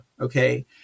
okay